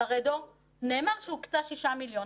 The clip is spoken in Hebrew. לרדו נאמר שהוקצה 6 מיליון.